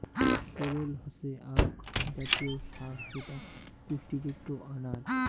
sorrel হসে আক জাতীয় শাক যেটা পুষ্টিযুক্ত আনাজ